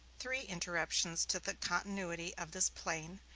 three interruptions to the continuity of this plain,